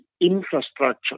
infrastructure